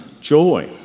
joy